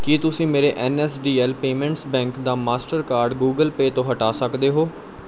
ਕੀ ਤੁਸੀਂਂ ਮੇਰੇ N S D L payments bank ਦਾ ਮਾਸਟਰਕਾਰਡ ਗੁਗਲ ਪੇਅ ਤੋਂ ਹਟਾ ਸਕਦੇ ਹੋ